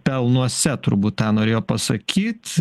pelnuose turbūt tą norėjo pasakyt